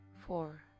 four